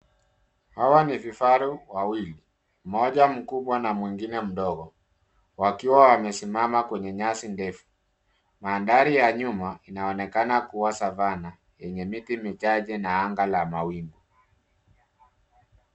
Hawa ni vifaru wawili, mmoja mkubwa na mwingine mdogo, wakiwa wamesimama kwenye nyasi ndefu. Mandhari ya nyuma inaonekana kua Savanna, yenye miti michache na anga la mawingu.